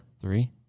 three